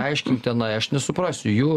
aiškink tenai aš nesuprasiu jo